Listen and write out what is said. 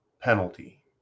penalty